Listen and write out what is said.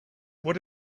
what